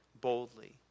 boldly